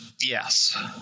Yes